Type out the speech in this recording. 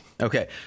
Okay